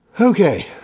Okay